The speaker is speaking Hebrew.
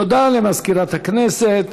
תודה למזכירת הכנסת.